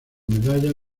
medallas